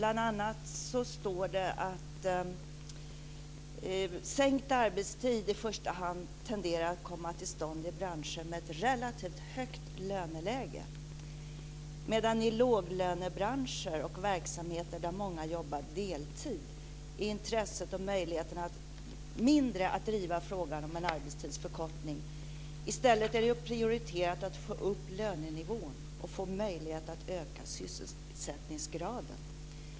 Bl.a. står det att sänkt arbetstid i första hand tenderar att komma till stånd i branscher med ett relativt högt löneläge, medan intresset och möjligheterna att driva frågan om en arbetstidsförkortning är mindre i låglönebranscher och i verksamheter där många jobbar deltid. I stället är det prioriterat att få upp lönenivån och få möjlighet att öka sysselsättningsgraden.